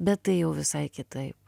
bet tai jau visai kitaip